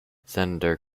senator